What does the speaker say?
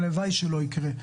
והלוואי שלא יקרה,